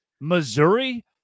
Missouri